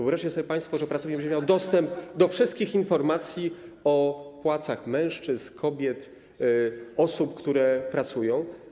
Wyobrażacie sobie państwo, że pracownik będzie miał dostęp do wszystkich informacji o płacach mężczyzn, kobiet, osób, które pracują?